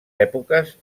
èpoques